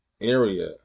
area